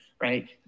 right